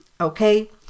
okay